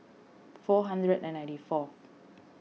four hundred and ninety four